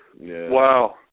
Wow